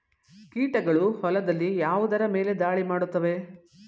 ಕೀಟಗಳು ಹೊಲದಲ್ಲಿ ಯಾವುದರ ಮೇಲೆ ಧಾಳಿ ಮಾಡುತ್ತವೆ?